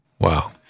Wow